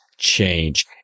change